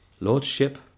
Lordship